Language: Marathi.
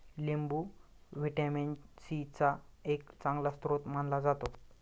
लिंबू व्हिटॅमिन सी चा एक चांगला स्रोत मानला जातो